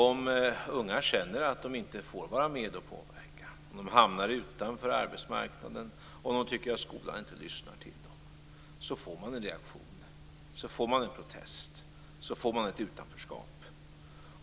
Om unga känner att de inte får vara med och påverka, om de hamnar utanför arbetsmarknaden, om de tycker att skolan inte lyssnar till dem så får man en reaktion, så får man en protest, så får man ett utanförskap.